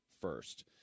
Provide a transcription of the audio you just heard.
First